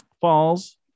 falls